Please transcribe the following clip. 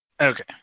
Okay